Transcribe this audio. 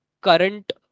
current